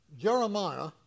Jeremiah